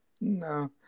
no